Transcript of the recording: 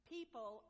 People